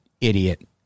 idiot